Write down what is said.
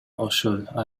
ошол